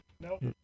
Nope